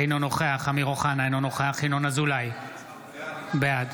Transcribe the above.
אינו נוכח אמיר אוחנה, אינו נוכח ינון אזולאי, בעד